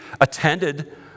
attended